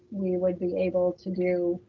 we would be able to do